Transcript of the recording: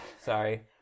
Sorry